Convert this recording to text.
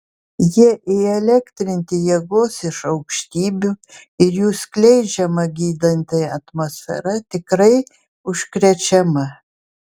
jie įelektrinti jėgos iš aukštybių ir jų skleidžiama gydanti atmosfera tikrai užkrečiama